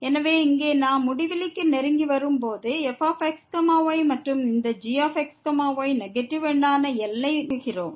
எனவே இங்கே நாம் முடிவிலிக்கு நெருங்கி வரும் போது fx y மற்றும் இந்த gx y நெகட்டிவ் எண்ணான L ஐ நெருங்குகிறோம்